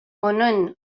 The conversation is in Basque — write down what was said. honen